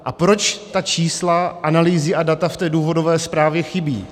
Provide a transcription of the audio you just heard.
A proč ta čísla, analýzy a data v té důvodové zprávě chybí?